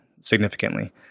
significantly